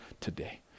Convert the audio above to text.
today